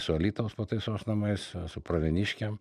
su alytaus pataisos namais su pravieniškėm